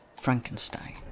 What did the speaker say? Frankenstein